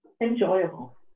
enjoyable